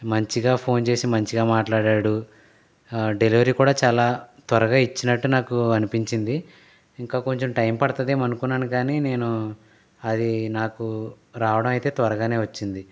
మంచిగా ఫోన్ చేసి మంచిగా మాట్లాడాడు డెలివరీ కూడా చాలా త్వరగా ఇచ్చినట్టు నాకు అనిపించింది ఇంకా కొంచెం టైం పడుతుందేమో అనుకున్నాను కానీ నేను అది నాకు రావడం అయితే త్వరగానే వచ్చింది